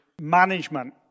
management